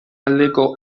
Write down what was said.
aldeko